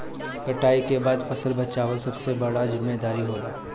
कटाई के बाद फसल बचावल सबसे बड़का जिम्मेदारी होला